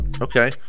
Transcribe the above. Okay